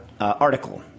article